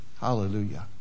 Hallelujah